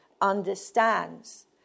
understands